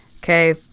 Okay